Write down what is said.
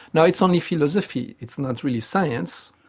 now, it's only philosophy, it's not really science,